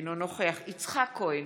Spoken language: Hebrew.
אינו נוכח יצחק כהן,